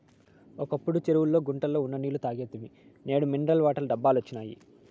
ఒకప్పుడు చెరువుల్లో గుంటల్లో ఉన్న నీళ్ళు తాగేస్తిమి నేడు మినరల్ వాటర్ డబ్బాలొచ్చినియ్